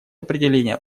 определение